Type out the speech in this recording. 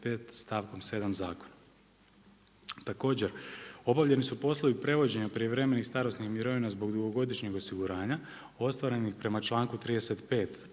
stavkom 7. zakona. Također, obavljeni su poslovi prevođenja prijevremenih starosnih mirovina zbog dugogodišnjeg osiguranja ostvarenih prema članku 35